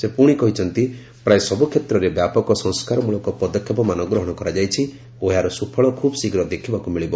ସେ ପୁଣି କହିଛନ୍ତି ପ୍ରାୟ ସବୁ କ୍ଷେତ୍ରରେ ବ୍ୟାପକ ସଂସ୍କାରମୂଳକ ପଦକ୍ଷେପମାନ ଗ୍ରହଣ କରାଯାଇଛି ଓ ଏହାର ସୁଫଳ ଖୁବ୍ଶୀଘ୍ର ଦେଖିବାକୁ ମିଳିବ